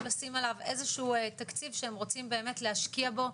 לשים עליו איזה שהוא תקציב שהם רוצים באמת להשקיע בו,